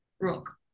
rock